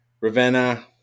Ravenna